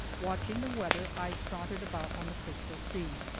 watching the weather, i sauntered about on the crystal sea.